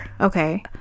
okay